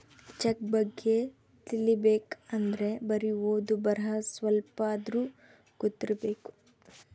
check ಬಗ್ಗೆ ತಿಲಿಬೇಕ್ ಅಂದ್ರೆ ಬರಿ ಓದು ಬರಹ ಸ್ವಲ್ಪಾದ್ರೂ ಗೊತ್ತಿರಬೇಕು